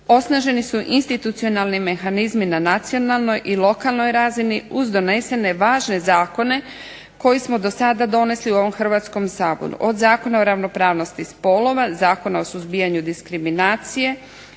Osnaženi su institucionalni mehanizmi na nacionalnoj i lokalnoj razini uz donesene važne zakone koje smo do sada donijeli u ovom Hrvatskom saboru. Od Zakon o ravnopravnosti spolova, Zakona o suzbijanju diskriminacije,